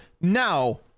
Now